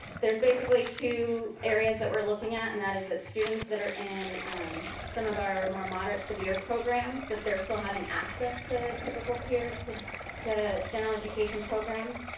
there's basically two areas that we're looking at, and that is the students that are in some of our moderate severe programs that they're still having access to typical peers, to to general education programs.